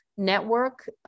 network